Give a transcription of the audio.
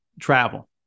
travel